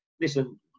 listen